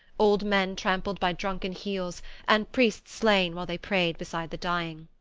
old men trampled by drunken heels and priests slain while they prayed beside the dying.